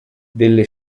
delle